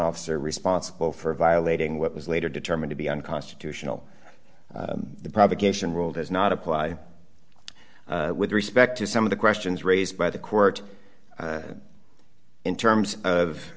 officer responsible for violating what was later determined to be unconstitutional the propagation rule does not apply with respect to some of the questions raised by the court in terms of